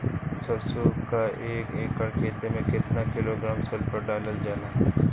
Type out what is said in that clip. सरसों क एक एकड़ खेते में केतना किलोग्राम सल्फर डालल जाला?